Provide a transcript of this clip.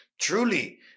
truly